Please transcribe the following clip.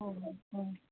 अ अ